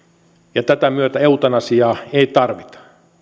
ja tätä myötä eutanasiaa ei tarvita